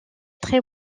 très